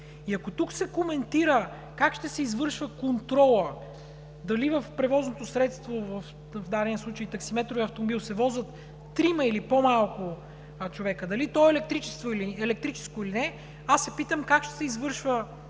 И ако тук се коментира как ще се извършва контролът – дали в превозното средство, в дадения случай в таксиметровия автомобил, се возят трима или по-малко човека, дали той е електрически или не, аз се питам как ще се извършва контролът,